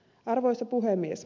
arvoisa puhemies